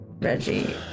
Reggie